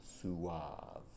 Suave